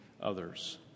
others